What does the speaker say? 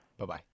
Bye-bye